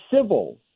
civil